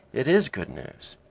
it is good news.